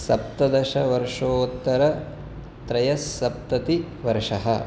सप्तदशवर्षोत्तरत्रयस्सप्ततिवर्षः